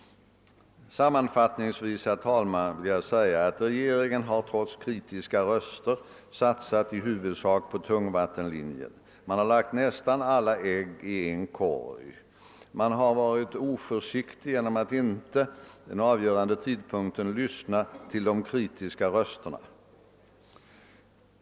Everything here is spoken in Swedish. Sammanfattningsvis vill jag säga att regeringen trots kritiska röster i huvudsak satsat på tungvattenlinjen. Man har lagt nästan alla ägg i en korg. Man har varit oförsiktig genom att inte vid den avgörande tidpunkten lyssna till de kritiska rösterna.